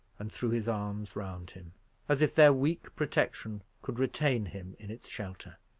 and threw his arms round him as if their weak protection could retain him in its shelter.